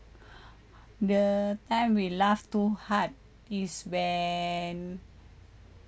the time we laugh too hard is when